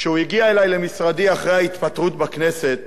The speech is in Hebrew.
כשהוא הגיע אלי למשרדי אחרי ההתפטרות בכנסת